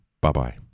Bye-bye